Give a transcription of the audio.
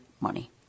money